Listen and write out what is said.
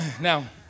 Now